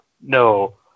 no